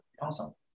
Awesome